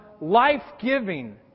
life-giving